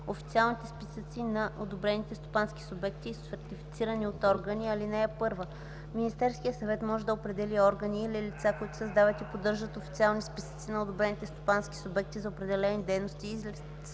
„Официални списъци на одобрените стопански субекти и сертифициране от органи Чл. 69. (1) Министерският съвет може да определи органи или лица, които създават и поддържат официални списъци на одобрени стопански субекти за определени дейности или